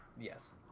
Yes